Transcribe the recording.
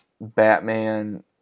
Batman